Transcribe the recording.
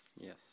Yes